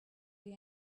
here